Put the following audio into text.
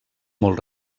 molt